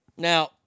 Now